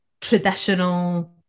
traditional